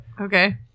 Okay